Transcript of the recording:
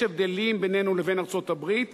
יש הבדלים בינינו לבין ארצות-הברית,